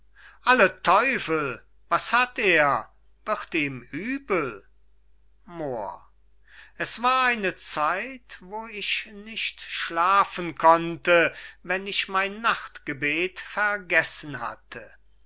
alle teufel was hat er wird ihm übel moor es war eine zeit wo ich nicht schlafen konnte wenn ich mein nachtgebet vergessen hatte